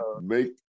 make